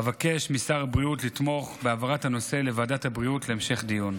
אבקש משר הבריאות לתמוך בהעברת הנושא לוועדת הבריאות להמשך דיון.